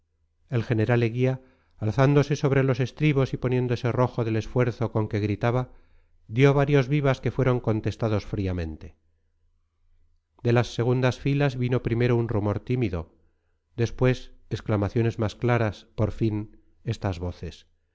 el general eguía alzándose sobre los estribos y poniéndose rojo del esfuerzo con que gritaba dio varios vivas que fueron contestados fríamente de las segundas filas vino primero un rumor tímido después exclamaciones más claras por fin estas voces